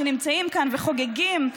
שנמצאים כאן וחוגגים,